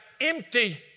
empty